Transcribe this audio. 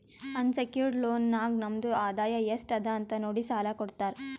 unsecured loan ನಾಗ್ ನಮ್ದು ಆದಾಯ ಎಸ್ಟ್ ಅದ ಅದು ನೋಡಿ ಸಾಲಾ ಕೊಡ್ತಾರ್